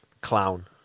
clown